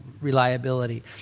reliability